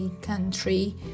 country